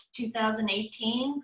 2018